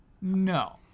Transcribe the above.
no